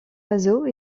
oiseau